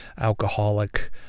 alcoholic